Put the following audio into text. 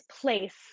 place